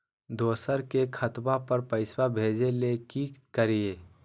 दोसर के खतवा पर पैसवा भेजे ले कि करिए?